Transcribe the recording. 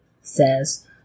says